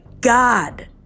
God